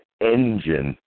engine